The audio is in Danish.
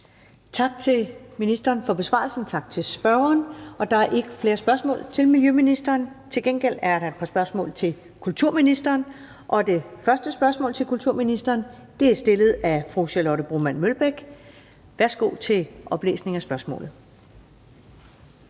Tak til ministeren for besvarelsen. Tak til spørgeren. Der er ikke flere spørgsmål til miljøministeren. Til gengæld er der et par spørgsmål til kulturministeren. Og det første spørgsmål til kulturministeren er stillet af fru Charlotte Broman Mølbæk. Kl. 16:38 Spm.